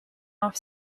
off